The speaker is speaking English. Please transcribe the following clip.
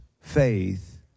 faith